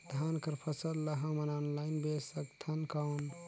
धान कर फसल ल हमन ऑनलाइन बेच सकथन कौन?